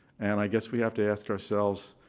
and i guess we have to ask ourselves,